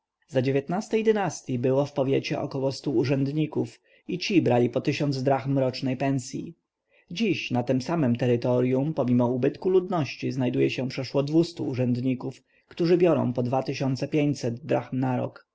a ej dynastyi było w powiecie około stu urzędników i ci brali po tysiąc drachm rocznej pensji dziś na tem samem terytorjum pomimo ubytku ludności znajduje się przeszło dwustu urzędników którzy biorą po dwa tysiące pięćset drachm na rok